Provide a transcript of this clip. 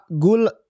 Gula